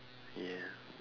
yeah